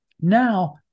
Now